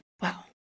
Wow